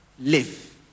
live